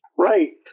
Right